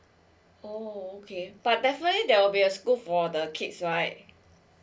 oh okay but definitely there will be a school for the kids right